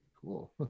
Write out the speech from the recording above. Cool